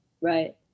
Right